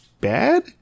bad